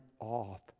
off